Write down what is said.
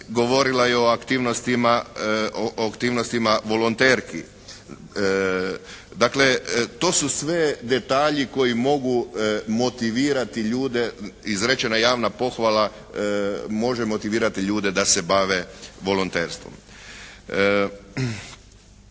govorila je o aktivnostima volonterki. Dakle, to su sve detalji koji mogu motivirati ljude. Izrečena javna pohvala može motivirati ljude da se bave volonterstvom.